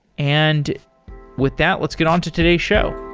and with that, let's get on to today's show.